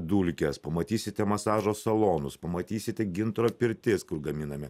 dulkes pamatysite masažo salonus pamatysite gintaro pirtis kur gaminame